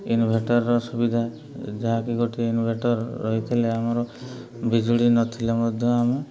inverter ସୁବିଧା ଯାହାକି ଗୋଟେ ଇନ୍ଭେଟର୍ ରହିଥିଲେ ଆମର ବିଜୁଳି ନଥିଲେ ମଧ୍ୟ ଆମେ